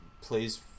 plays